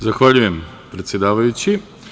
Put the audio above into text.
Zahvaljujem predsedavajući.